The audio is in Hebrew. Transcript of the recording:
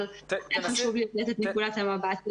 אבל חשוב להציג את נקודת המבט הזאת.